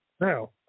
Now